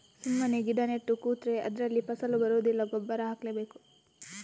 ಸುಮ್ಮನೆ ಗಿಡ ನೆಟ್ಟು ಕೂತ್ರೆ ಅದ್ರಲ್ಲಿ ಫಸಲು ಬರುದಿಲ್ಲ ಗೊಬ್ಬರ ಹಾಕ್ಲೇ ಬೇಕು